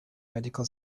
medical